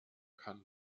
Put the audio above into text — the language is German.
kann